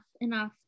enough